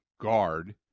guard